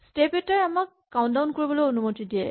step এটাই আমাক countdown কৰিবলৈ অনুমতি দিয়ে